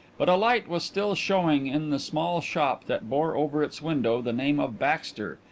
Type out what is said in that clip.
but a light was still showing in the small shop that bore over its window the name of baxter,